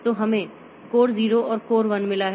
तो हमें कोर 0 और कोर 1 मिला है